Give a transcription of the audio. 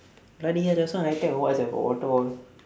bloody hell just now I take a walk inside got water all